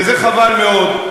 וזה חבל מאוד,